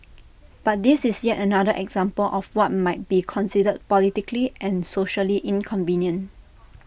but this is yet another example of what might be considered politically and socially inconvenient